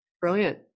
Brilliant